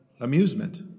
amusement